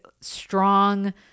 strong